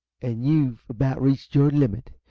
and you've about reached your limit.